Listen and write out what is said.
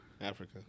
Africa